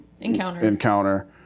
encounter